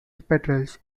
petrels